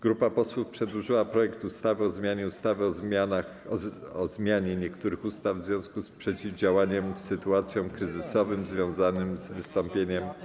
Grupa posłów przedłożyła projekt ustawy o zmianie ustawy o zmianie niektórych ustaw w związku z przeciwdziałaniem sytuacjom kryzysowym związanym z wystąpieniem COVID.